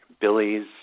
Billy's